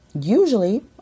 usually